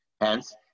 hence